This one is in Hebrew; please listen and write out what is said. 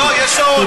לא, יש שעון.